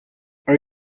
are